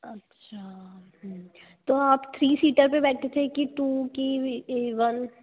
अच्छा ठीक है तो आप थ्री सीटर पर बैठे थे कि टू की वन